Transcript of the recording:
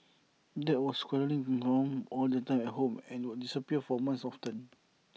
dad was quarrelling with mum all the time at home and would disappear for months often